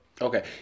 Okay